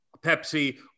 Pepsi